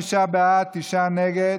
95 בעד, תשעה נגד.